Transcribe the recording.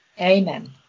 Amen